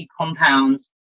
compounds